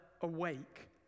awake